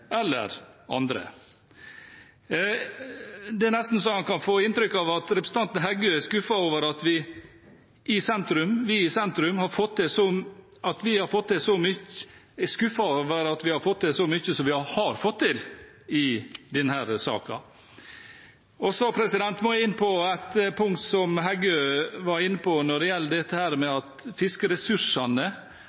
eller andre. Det er nesten så man kan få inntrykk av at representanten Heggø er skuffet over at vi i sentrum har fått til så mye som vi har fått til, i denne saken. Så må jeg inn på et punkt som Heggø var inne på, dette med at fiskeressursene